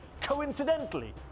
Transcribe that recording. coincidentally